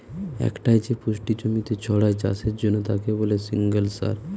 একটাই যে পুষ্টি জমিতে ছড়ায় চাষের জন্যে তাকে বলে সিঙ্গল সার